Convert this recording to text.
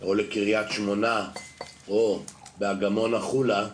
או קרית שמונה או באגמון החולה,